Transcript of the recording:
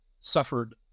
suffered